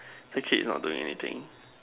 the kid is not doing anything